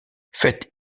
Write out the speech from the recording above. faites